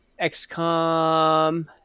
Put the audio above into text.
XCOM